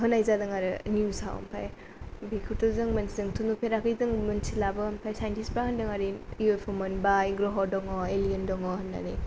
होननाय जोदों आरो निउजआव ओमफ्राय बेखौथ जोंथ' नुफेराखै जों मिथिलाबो ओमफ्राय साइन्टिस्टफ्रा होनदों आरो इउ एउ अ मोनबाय ग्रह' दङ एलियेन दङ होननानै